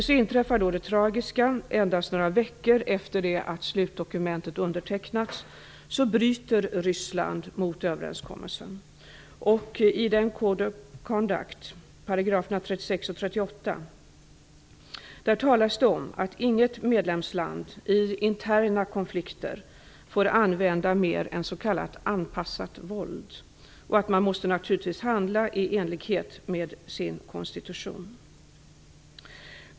Så inträffar det tragiska: Endast några veckor efter det att slutdokumentet undertecknats bryter Ryssland mot överenskommelsen, och i 36 § och 38 § i "Code of Conduct" talas det om att inget medlemsland i interna konflikter får använda mer än s.k. anpassat våld och att man naturligtvis måste handla i enlighet med sin konstitution.